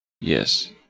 Yes